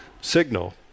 signal